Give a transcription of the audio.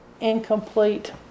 Incomplete